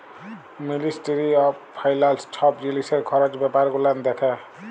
ministry of finance ছব জিলিসের খরচ ব্যাপার গুলান দ্যাখে